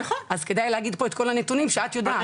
אז כדאי שתגידי לנו פה את כל הנתונים שאת יודעת.